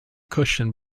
cushion